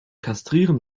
kastrieren